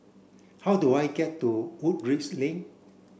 how do I get to Woodleigh Lane